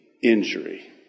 Injury